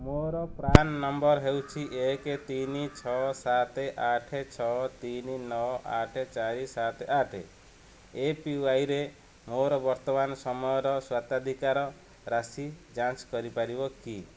ମୋର PRAN number ହେଉଛି ଏକେ ତିନି ଛଅ ସାତ ଆଠ ଛଅ ତିନି ନଅ ଆଠ ଚାରି ସାତ ଆଠ ଏପିୱାଇରେ ମୋର ବର୍ତ୍ତମାନ ସମୟର ସ୍ୱତ୍ୱାଧିକାର ରାଶି ଯାଞ୍ଚ କରିପାରିବ କି